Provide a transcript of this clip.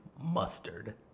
mustard